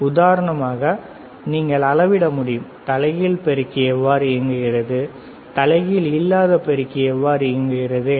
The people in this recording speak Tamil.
உதாரணமாக நீங்கள் அளவிட முடியும் தலைகீழ் பெருக்கி எவ்வாறு இயங்குகிறது தலைகீழ் அல்லாத பெருக்கி எவ்வாறு இயங்குகிறது என்று